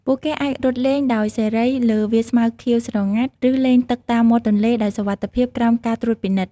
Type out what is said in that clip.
ពួកគេអាចរត់លេងដោយសេរីលើវាលស្មៅខៀវស្រងាត់ ឬលេងទឹកតាមមាត់ទន្លេដោយសុវត្ថិភាពក្រោមការត្រួតពិនិត្យ។